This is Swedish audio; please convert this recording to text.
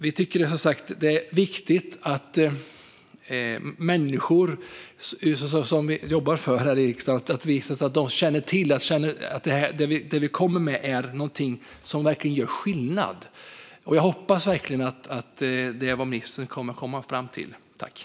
Vi tycker som sagt att det är viktigt att människor, som vi här i riksdagen jobbar för, känner att det vi kommer med verkligen gör skillnad. Jag hoppas att ministern kommer att komma fram till något sådant.